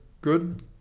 good